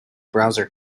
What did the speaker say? browser